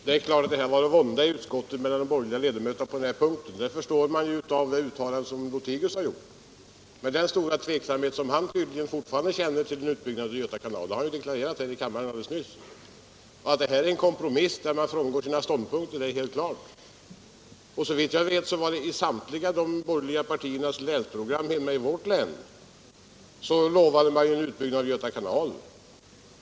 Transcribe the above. Herr talman! Det är klart att det har varit en vånda i utskottet för de borgerliga ledamöterna på den här punkten. Det förstår man av det uttalande som herr Lothigius gjorde med den stora tveksamhet som han tydligen fortfarande känner inför en utbyggnad av Göta kanal — det har han ju deklarerat här i kammaren alldeles nyss. Att det här är en kompromiss där de borgerliga frångår sina ståndpunkter är helt klart. Och såvitt jag vet fanns det i samtliga de borgerligas länsprogram hemma i mitt län vallöften om en utbyggnad av Göta kanal.